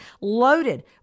loaded